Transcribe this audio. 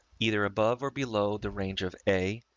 either above or below the range of a,